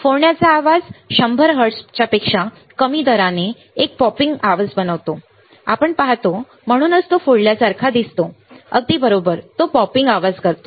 फोडण्याचा आवाज 100 हर्ट्झपेक्षा कमी दराने एक पॉपिंग आवाज बनवतो आपण पाहतो म्हणूनच तो फोडल्यासारखा दिसतो अगदी बरोबर तो पॉपिंग आवाज करतो